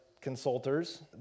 consulters